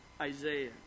Isaiah